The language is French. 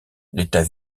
l’état